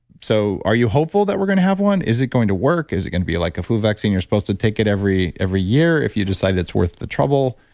so are you hopeful that we're going to have one? is it going to work? is it going to be like a flu vaccine, you're supposed to take it every every year if you decide it's worth the trouble?